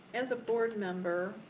as a board member,